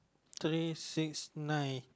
three six nine